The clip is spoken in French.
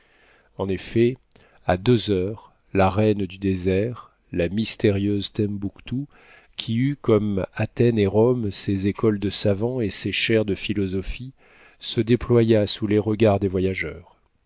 en effet à deux heures la reine du désert la mystérieuse tembouctou qui eut comme athènes et rome ses écoles de savants et ses chaires de philosophie se déploya sous les regards des voyageurs